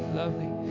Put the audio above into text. lovely